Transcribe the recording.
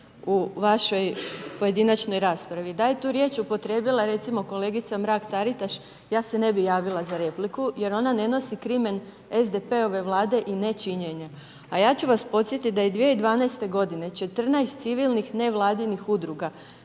u vašoj pojedinačnoj raspravi. Da je tu riječ upotrijebila recimo kolegica Mrak-Taritaš ja se ne bi javila za repliku jer ona ne nosi krimen SDP-ove Vlade i ne činjenja. A ja ću vas podsjetit da je 2012. godine 14 civilnih nevladinih udruga